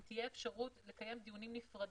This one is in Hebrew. אם תהיה אפשרות לקיים דיונים נפרדים,